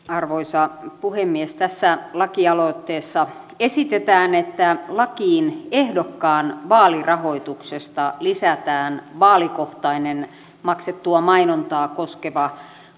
arvoisa puhemies tässä lakialoitteessa esitetään että lakiin ehdokkaan vaalirahoituksesta lisätään vaalikohtainen maksettua mainontaa koskeva